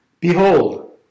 Behold